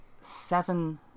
seven